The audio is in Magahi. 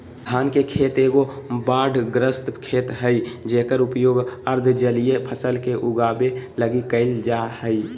धान के खेत एगो बाढ़ग्रस्त खेत हइ जेकर उपयोग अर्ध जलीय फसल के उगाबे लगी कईल जा हइ